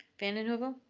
vanden heuvel?